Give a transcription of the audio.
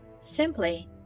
Simply